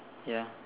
ya